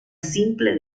simple